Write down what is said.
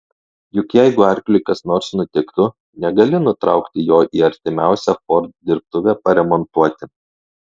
juk jeigu arkliui kas nors nutiktų negali nutraukti jo į artimiausią ford dirbtuvę paremontuoti